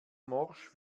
morsch